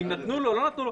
האם נתנו לו או לא נתנו לו?